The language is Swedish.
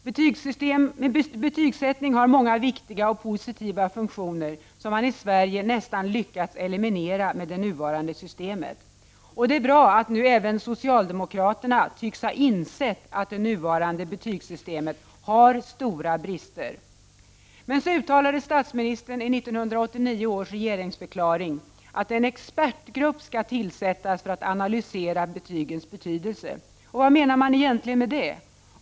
Betygssättning har många viktiga och positiva funktioner som man i Sverige nästan lyckats eliminera med det nuvarande systemet. Det är bra att nu även socialdemokraterna tycks ha insett att det nuvarande betygssystemet har stora brister. Men så uttalade statsministern i 1989 års regeringsförklaring att en expertgrupp skall tillsättas för att analysera betygens betydelse. Vad menar man egentligen med det?